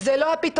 זה לא הפתרון.